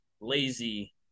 lazy